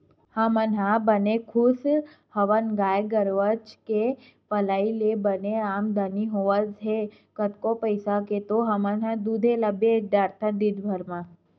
हमन ह बने खुस हवन गाय गरुचा के पलई ले बने आमदानी होवत हे कतको पइसा के तो हमन दूदे ल बेंच डरथन दिनभर म